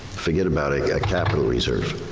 forget about a capital reserve.